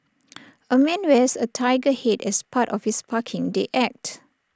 A man wears A Tiger Head as part of his parking day act